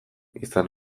izan